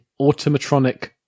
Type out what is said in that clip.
automatronic